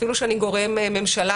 אפילו שאני גורם ממשלה,